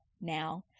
now